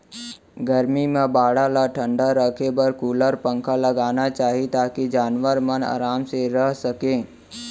गरमी म बाड़ा ल ठंडा राखे बर कूलर, पंखा लगाना चाही ताकि जानवर मन आराम से रह सकें